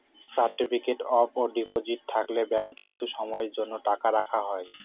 certificate of deposit থাকলে ব্যাঙ্কে কিছু সময়ের জন্য টাকা রাখা হয়